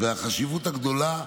והחשיבות הגדולה,